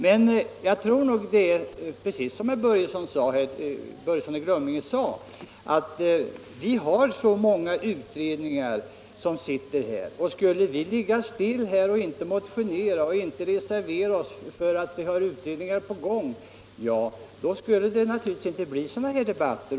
Men jag tror nog att det är precis som herr Börjesson i Glömminge sade: En mängd utredningar arbetar på detta område — och skulle vi ligga still och inte motionera och inte reservera oss därför att utredningar pågår skulle det naturligtvis inte bli sådana här debatter.